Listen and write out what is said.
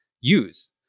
use